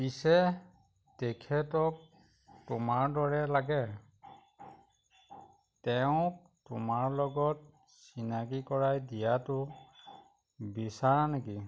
পিছে তেখেতক তোমাৰ দৰে লাগে তেওঁক তোমাৰ লগত চিনাকি কৰাই দিয়াটো বিচাৰা নেকি